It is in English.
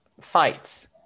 fights